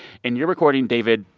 and you're recording, david,